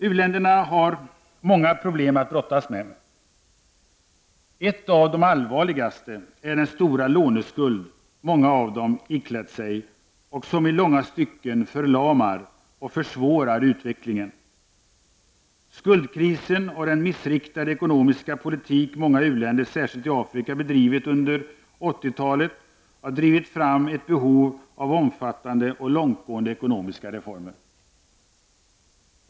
U-länderna har många problem att brottas med. Ett av de allvarligaste är den stora låneskuld många av dem iklätt sig, som i långa stycken förlamar och försvårar utvecklingen. Skuldkrisen och den missriktade ekonomiska politik många u-länder, särskilt i Afrika, bedrivit under 80-talet har drivit fram ett behov av omfattande och långtgående ekonomiska reformer.